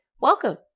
welcome